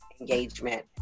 engagement